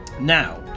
Now